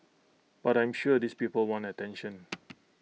but I'm sure these people want attention